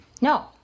No